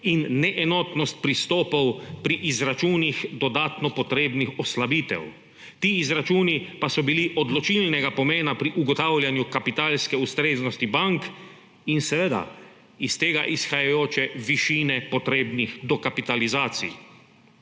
in neenotnost pristopov pri izračunih dodatno potrebnih oslabitev, ti izračuni pa so bili odločilnega pomena pri ugotavljanju kapitalske ustreznosti bank in, seveda, iz tega izhajajoče višine potrebnih dokapitalizacij.